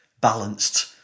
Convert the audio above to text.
balanced